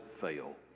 fail